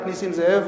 רק נסים זאב